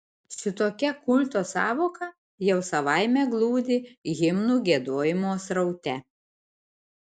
šitokia kulto sąvoka jau savaime glūdi himnų giedojimo sraute